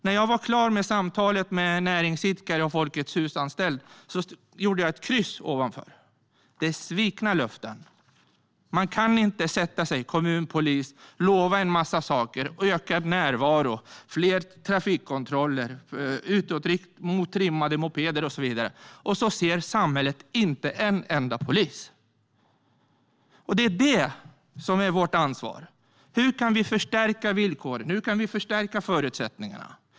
När jag var klar med samtalet med näringsidkare och Folkets Hus-anställda gjorde jag ett kryss ovanför svikna löften. Man kan inte sätta sig från kommun och polis och lova en massa saker som ökad närvaro, fler trafikkontroller riktade mot trimmade mopeder och så vidare, och så ser samhället inte en enda polis. Det är vårt ansvar. Hur kan vi förstärka villkoren? Hur kan vi förstärka förutsättningarna?